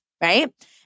right